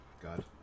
God